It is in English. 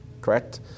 correct